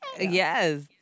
Yes